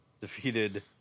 defeated